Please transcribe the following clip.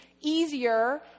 easier